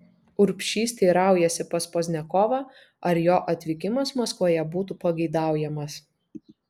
urbšys teiraujasi pas pozniakovą ar jo atvykimas maskvoje būtų pageidaujamas